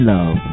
Love